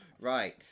Right